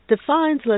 defines